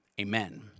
amen